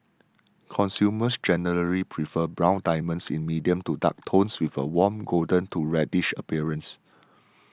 consumers generally prefer brown diamonds in medium to dark tones with a warm golden to reddish appearance